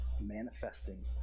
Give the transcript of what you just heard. manifesting